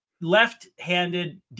Left-handed